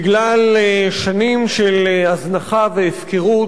בגלל שנים של הזנחה והפקרות,